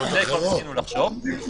גם על זה ניסינו לחשוב --- יש עוד דתות אחרות.